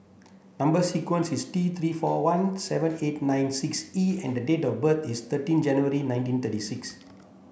number sequence is T three four one seven eight nine six E and the date of birth is thirty January nineteen thirty six